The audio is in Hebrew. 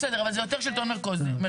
אבל זה יותר שלטון מרכזי.